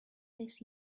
this